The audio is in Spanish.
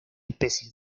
especies